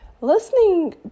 listening